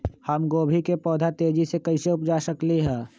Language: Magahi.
हम गोभी के पौधा तेजी से कैसे उपजा सकली ह?